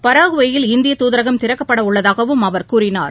பராகுவேயில் இந்திய துதரகம் திறக்கப்படவுள்ளதாகவும் அவர் கூறினார்